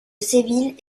séville